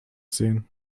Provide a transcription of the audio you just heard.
sehen